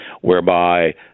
whereby